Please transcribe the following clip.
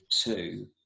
Two